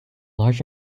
large